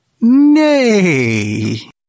Nay